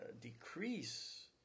decrease